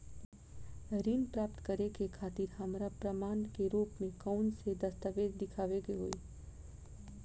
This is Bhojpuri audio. ऋण प्राप्त करे के खातिर हमरा प्रमाण के रूप में कउन से दस्तावेज़ दिखावे के होइ?